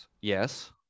Yes